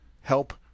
help